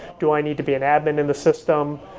do i need to be an admin in this system?